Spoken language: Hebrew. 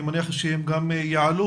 אני מניח שהם גם יעלו.